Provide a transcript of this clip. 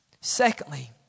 Secondly